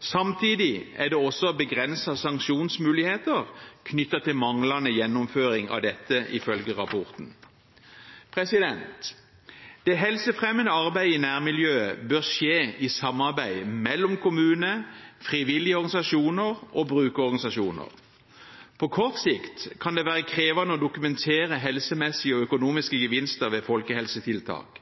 Samtidig er det også begrensede sanksjonsmuligheter knyttet til manglende gjennomføring av dette, ifølge rapporten. Det helsefremmende arbeidet i nærmiljøet bør skje i samarbeid mellom kommunen, frivillige organisasjoner og brukerorganisasjoner. På kort sikt kan det være krevende å dokumentere helsemessige og økonomiske gevinster ved folkehelsetiltak.